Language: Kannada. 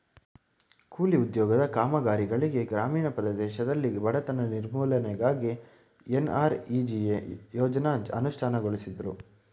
ಕೂಲಿ ಉದ್ಯೋಗದ ಕಾಮಗಾರಿಗಳಿಗೆ ಗ್ರಾಮೀಣ ಪ್ರದೇಶದಲ್ಲಿ ಬಡತನ ನಿರ್ಮೂಲನೆಗಾಗಿ ಎನ್.ಆರ್.ಇ.ಜಿ.ಎ ಯೋಜ್ನ ಅನುಷ್ಠಾನಗೊಳಿಸುದ್ರು